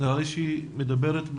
חושב שהיא בהפגנה.